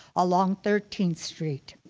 along thirteenth street.